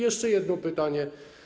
Jeszcze jedno pytanie.